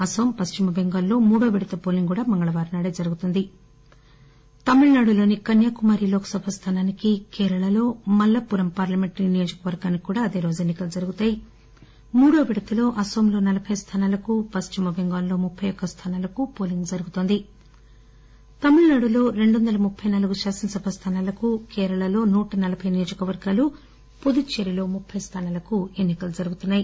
అస్సాం పశ్చిమ బెంగాల్ లో మూడో విడత పోలింగ్ కూడా మంగళవారం నాడే జరుగుతుంది తమిళనాడులోని కన్యాకుమారి లోకసభ స్టానానికి కేరళలో మల్లపురం పార్లమెంటరీ నియోజకవర్గానికి కూడా అదే రోజు ఎన్నికలు జరుగుతాయి మూడో విడతలో అన్సోంలో నలభై స్థానాలకు పశ్చిమ బెంగాల్లో ముప్పి యొక్క స్థానాలకు పోలింగ్ జరుగుతోంది తమిళనాడులో రెండు వంద ముప్పి నాలుగు శాసనసభ స్థానాలకు కేరళలో నూటనలబయి నియోజకవర్గాలు పుదుచ్చేరిలో ముప్పె స్థానాలకు ఎన్నికలు జరుగుతున్నాయి